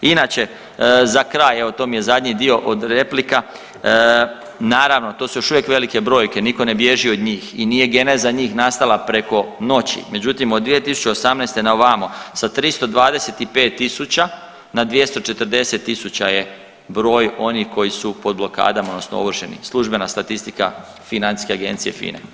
Inače, za kraj, evo, to mi je zadnji dio od replika, naravno, to su još uvijek velike brojke, nitko ne bježi od njih i nije geneza njih nastala preko noći, međutim, od 2018. na ovamo, sa 325 tisuća na 240 tisuća je broj onih koji su pod blokadama, odnosno ovršeni, službena statistika Financijske agencije, FINA-e.